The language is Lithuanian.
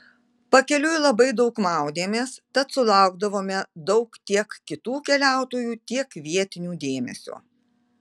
pakeliui labai daug maudėmės tad sulaukdavome daug tiek kitų keliautojų tiek vietinių dėmesio